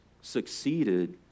succeeded